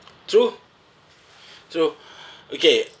true true okay